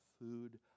food